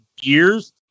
years